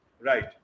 Right